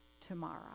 tomorrow